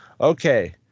Okay